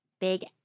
Big